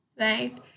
Right